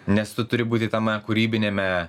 nes tu turi būti tame kūrybiniame